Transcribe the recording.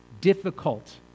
difficult